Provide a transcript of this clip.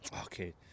Okay